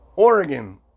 Oregon